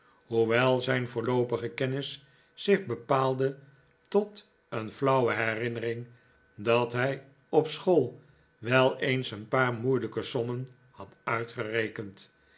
hoewel zijn voorloopige kennis zich bepaalde tot een flauwe herinnering dat hij op school wel eens een paar moeilijke sommen had uitgerekend